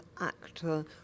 actor